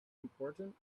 important